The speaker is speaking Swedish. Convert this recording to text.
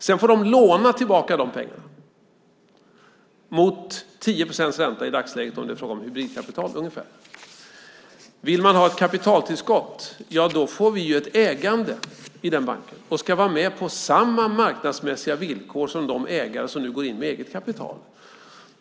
Sedan får de låna tillbaka de pengarna mot ungefär 10 procent ränta i dagsläget om det är fråga om hybridkapital. Vill man ha ett kapitaltillskott, ja, då får vi ett ägande i den banken och ska vara med på samma marknadsmässiga villkor som de ägare som nu går in med eget kapital.